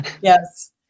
Yes